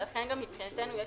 ולכן מבחינתנו יש